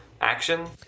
Action